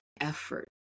effort